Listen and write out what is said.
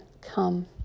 come